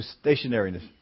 stationariness